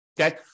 Okay